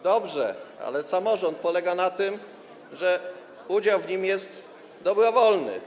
Dobrze, ale samorząd polega na tym, że udział w nim jest dobrowolny.